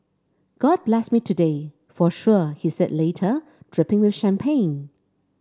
god blessed me today for sure he said later dripping with champagne